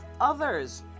others